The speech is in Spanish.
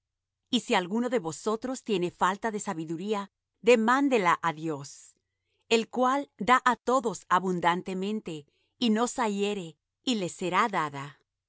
y si alguno de vosotros tiene falta de sabiduría demándela á dios el cual da á todos abundantemente y no zahiere y le será dada